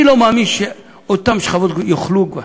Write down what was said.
אני לא מאמין שאותן שכבות יוכלו,